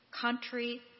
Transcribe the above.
country